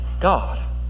God